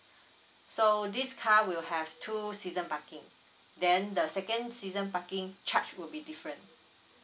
so this car will have two season parking then the second season parking charge will be different